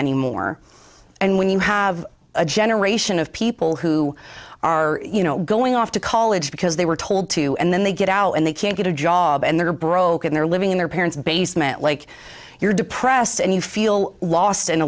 anymore and when you have a generation of people who are you know going off to college because they were told to and then they get out and they can't get a job and they're broke and they're living in their parents basement like you're depressed and you feel lost and